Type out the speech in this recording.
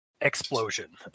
explosion